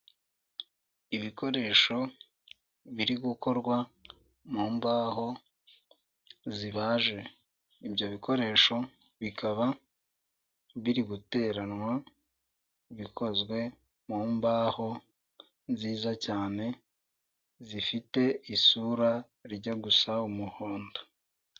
Ibikoresho biri gukorwa mu mbaho zibaje, ibyo bikoresho bikaba biri guteranwa, bikozwe mu mbaho nziza cyane zifite isura rijya gusa umuhondo.